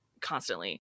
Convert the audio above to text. constantly